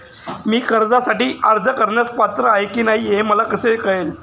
मी कर्जासाठी अर्ज करण्यास पात्र आहे की नाही हे मला कसे कळेल?